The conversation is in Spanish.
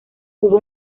hubo